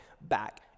back